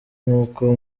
nk’uko